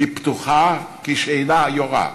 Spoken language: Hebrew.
היא פתוחה כשאינה יורה,